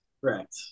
correct